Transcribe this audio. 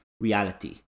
reality